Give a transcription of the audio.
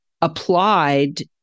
applied